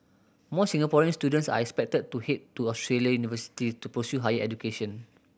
more Singaporean students are expected to head to Australian university to pursue higher education